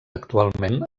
actualment